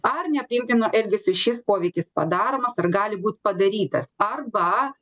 ar nepriimtinu elgesiu šis poveikis padaromas ar gali būt padarytas arba